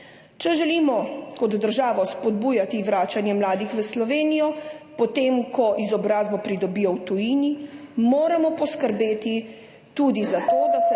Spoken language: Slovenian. Če želimo kot država spodbujati vračanje mladih v Slovenijo, potem ko izobrazbo pridobijo v tujini, moramo poskrbeti tudi za to, da se